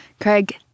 Craig